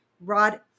rod